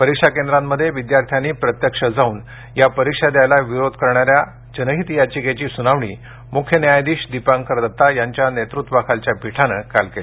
परीक्षा केंद्रांमधे विद्यार्थ्यांनी प्रत्यक्ष जाऊन या परीक्षा द्यायला विरोध करणा या जनहित याचिकेची सुनावणी मुख्य न्यायाधीश दीपांकर दत्ता यांच्या नेतृत्वाखालच्या पिठानं काल केली